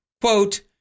Quote